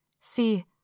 see